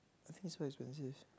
I think is so expensive